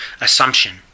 assumption